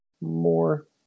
more